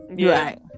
right